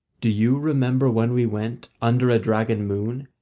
do you remember when we went under a dragon moon,